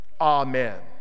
Amen